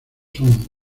son